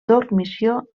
dormició